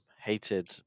hated